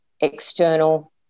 external